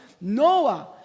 noah